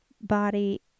body